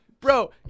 bro